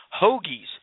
hoagies